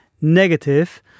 negative